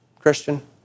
Christian